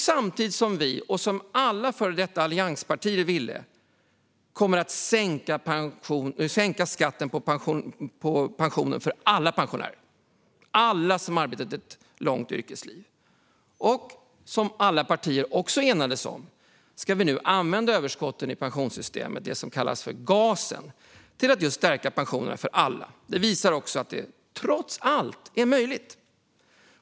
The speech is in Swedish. Samtidigt vill vi och alla före detta allianspartier sänka skatten på pensionen för alla pensionärer - alla som har arbetat ett långt yrkesliv. Alla partier enades också om att använda överskotten i pensionssystemet, det som kallas gasen, till att stärka pensionerna för alla. Det visar att det trots allt är möjligt.